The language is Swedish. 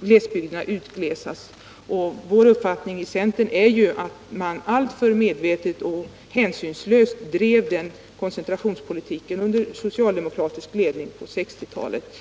glesbygden utglesats. Vår uppfattning i centern är att man alltför medvetet och hänsynslöst drev den koncentrationspolitiken under socialdemokratisk ledning på 1960-talet.